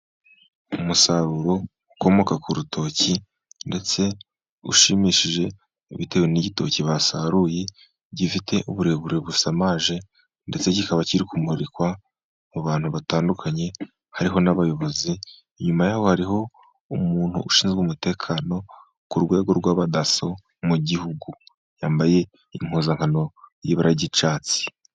Umusaruro ukomoka ku rutoki ndetse ushimishije, bitewe n'igitoki basaruye gifite uburebure bushamaje, ndetse kikaba kiri kumurikwa mu bantu batandukanye, hariho n'abayobozi. Inyuma yaho hariho umuntu ushinzwe umutekano ku rwego rw'abadaso mu gihugu, yambaye impuzankano y'ibara ry'icyatsi.